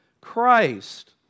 Christ